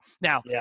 Now